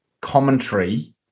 commentary